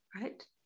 Right